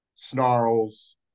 snarls